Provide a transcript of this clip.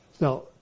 Now